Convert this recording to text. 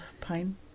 pain